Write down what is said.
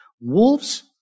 Wolves